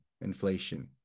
inflation